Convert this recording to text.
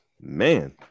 man